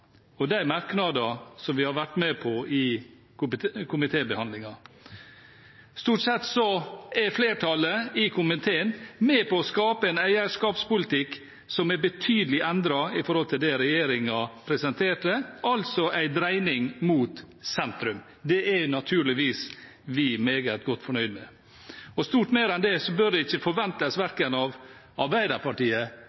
på de formuleringene og de merknadene som vi har vært med på i komitébehandlingen. Stort sett er flertallet i komiteen med på å skape en eierskapspolitikk som er betydelig endret i forhold til det regjeringen presenterte, altså en dreining mot sentrum. Det er naturligvis vi meget godt fornøyd med. Og stort mer enn det bør ikke forventes av verken Arbeiderpartiet eller andre. Det er nesten så man kan få inntrykk av